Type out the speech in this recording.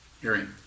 hearing